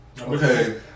Okay